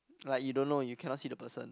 like you don't know you cannot see the person